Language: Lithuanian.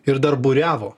ir dar buriavo